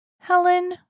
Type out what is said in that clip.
Helen